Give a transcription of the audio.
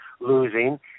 losing